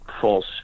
false